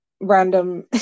random